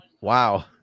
Wow